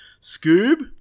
Scoob